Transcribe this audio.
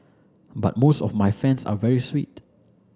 but most of my fans are very sweet